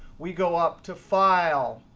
we go up to file,